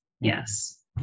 Yes